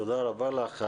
תודה רבה לך.